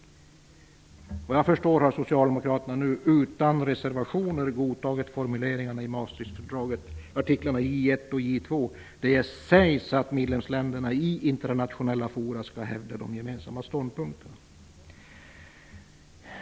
Såvitt jag förstår har socialdemokraterna nu utan reservationer godtagit formuleringarna i Maastrichtfördragets artiklar J 1 och J 2, där det sägs att medlemsländerna i internationella fora skall hävda de gemensamma ståndpunkterna.